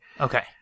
Okay